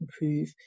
improve